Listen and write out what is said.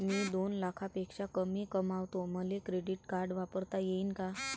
मी दोन लाखापेक्षा कमी कमावतो, मले क्रेडिट कार्ड वापरता येईन का?